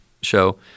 show